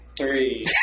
three